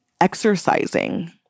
exercising